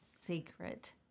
secret